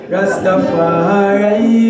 Rastafari